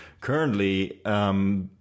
currently